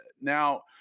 Now